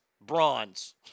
bronze